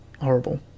horrible